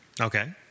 Okay